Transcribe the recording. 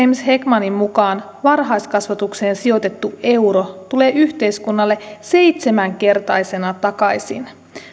heckmanin mukaan varhaiskasvatukseen sijoitettu euro tulee yhteiskunnalle seitsemänkertaisena takaisin